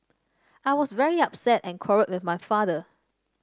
I was very upset and quarrelled with my father